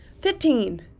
Fifteen